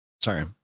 sorry